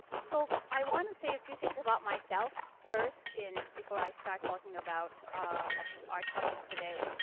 so, i want to say a few things about myself first in before i start talking about our our topic today.